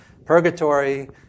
Purgatory